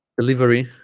delivery